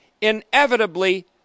inevitably